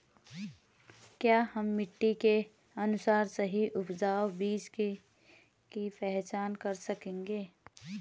क्या हम मिट्टी के अनुसार सही उपजाऊ बीज की पहचान कर सकेंगे?